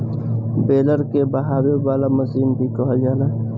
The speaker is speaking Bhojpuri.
बेलर के बहावे वाला मशीन भी कहल जाला